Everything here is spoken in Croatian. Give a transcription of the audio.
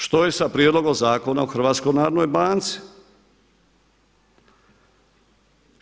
Što je sa prijedlogom Zakona o HNB-u?